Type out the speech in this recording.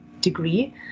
degree